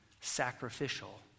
sacrificial